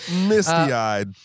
Misty-eyed